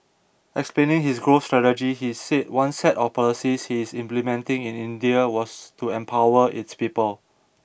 explaining his growth strategy he said one set of policies he is implementing in India was to empower its people